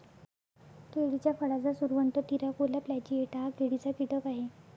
केळीच्या फळाचा सुरवंट, तिराकोला प्लॅजिएटा हा केळीचा कीटक आहे